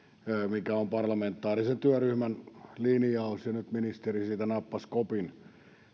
mikä on parlamentaarisen työryhmän linjaus ja nyt ministeri siitä nappasi kopin